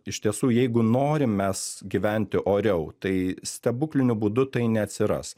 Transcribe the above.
iš tiesų jeigu norim mes gyventi oriau tai stebukliniu būdu tai neatsiras